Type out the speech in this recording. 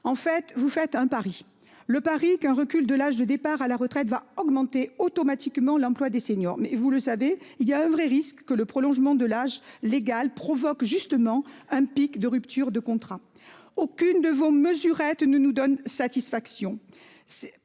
En fait, vous faites un pari. Le pari qu'un recul de l'âge de départ à la retraite va augmenter automatiquement l'emploi des seniors. Mais vous le savez, il y a un vrai risque que le prolongement de l'âge légal provoque justement un pic de rupture de contrat. Aucune de vos mesurettes ne nous donne satisfaction.